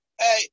Hey